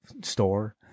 store